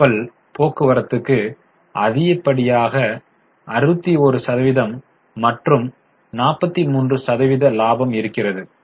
கப்பல் போக்குவரத்துக்கு அதிகப்படியாக 61 சதவிகிதம் மற்றும் 43 சதவிகித லாபம் இருக்கிறது